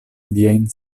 liajn